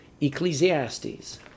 Ecclesiastes